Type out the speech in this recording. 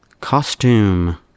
Costume